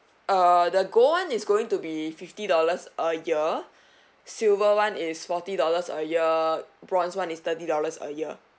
uh the gold [one] is going to be fifty dollars a year silver [one] is forty dollars a year bronze [one] is thirty dollars a year